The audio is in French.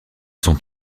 sont